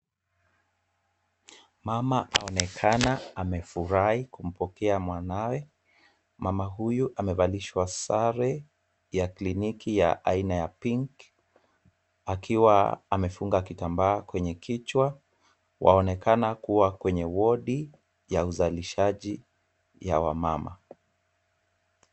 Mama aonekana amefurahi kumpokea mwanawe. Mama huyu amevalishwa sare ya kliniki ya aina ya pink akiwa amefunga kitambaa kwenye kichwa. Waonekana kuwa kwenye wodi ya uzalishaji ya wamama.